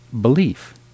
belief